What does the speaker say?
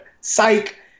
psych